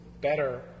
better